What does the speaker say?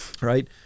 right